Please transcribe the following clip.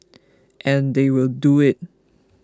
and they will do it